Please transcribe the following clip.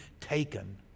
taken